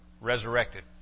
resurrected